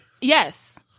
Yes